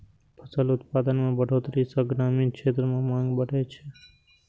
फसल उत्पादन मे बढ़ोतरी सं ग्रामीण क्षेत्र मे मांग बढ़ै छै